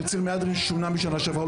כאשר ציר מהדרין שונה משנה שעברה,